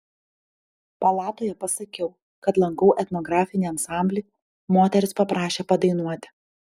palatoje pasakiau kad lankau etnografinį ansamblį moterys paprašė padainuoti